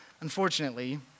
unfortunately